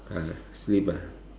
ah sleep ah